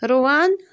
رُوان